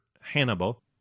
Hannibal